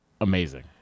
amazing